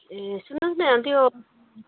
ए सुन्नु होस् न त्यो